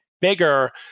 bigger